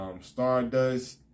Stardust